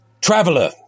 Traveler